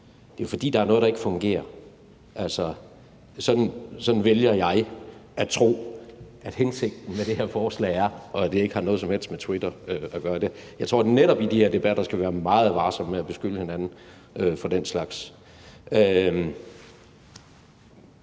Det er, fordi der er noget, der ikke fungerer. Altså, sådan vælger jeg at tro at hensigten er med det her forslag – og at det ikke har noget som helst med Twitter at gøre. Jeg tror netop, at i de her debatter skal vi være meget varsomme med at beskylde hinanden for den slags.